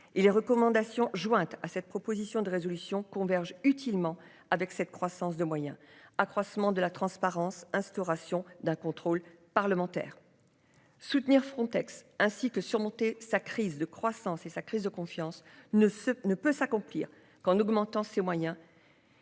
les recommandations jointe à cette proposition de résolution convergent utilement avec cette croissance de moyen accroissement de la transparence. Instauration d'un contrôle parlementaire. Soutenir Frontex ainsi que surmonter sa crise de croissance et sa crise de confiance ne se ne peut s'accomplir qu'en augmentant ses moyens.